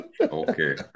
Okay